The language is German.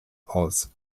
aus